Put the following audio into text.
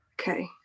Okay